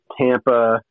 Tampa